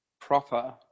proper